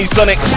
Sonic